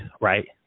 right